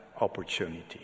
opportunity